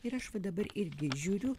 ir aš va dabar irgi žiūriu